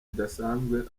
idasanzwe